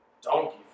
donkey